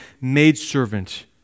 maidservant